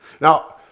Now